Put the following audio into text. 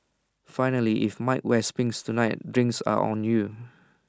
finally if mike wears pinks tonight drinks are on you